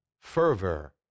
fervor